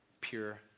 pure